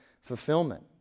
fulfillment